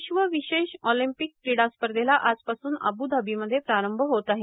विश्व विशेष ऑलिंपिक क्रीडा स्पर्धेला आजपासून आबू धाबीमध्ये प्रारंभ होत आहे